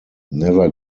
never